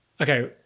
Okay